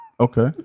Okay